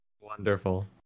Wonderful